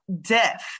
death